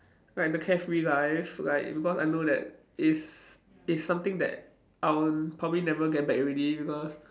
like the carefree life like because I know that it is it's something that I will probably never get back already because